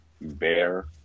bear